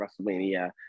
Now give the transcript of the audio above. WrestleMania